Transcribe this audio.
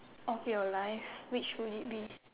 of your life which would it be